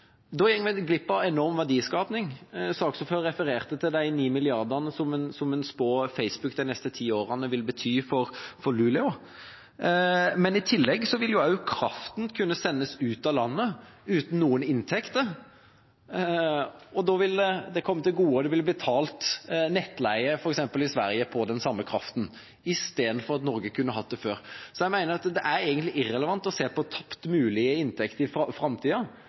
Da går vi glipp av enorm verdiskaping. Saksordføreren refererte til de 9 mrd. kr som en spår at Facebook vil bety for Luleå neste ti årene. I tillegg vil kraften kunne sendes ut av landet uten noen inntekter, og det vil komme andre til gode. Det vil bli betalt nettleie til f.eks. Sverige på den samme kraften, istedenfor at Norge kunne hatt det. Jeg mener det egentlig er irrelevant å se på tapte mulige inntekter i framtida,